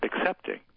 accepting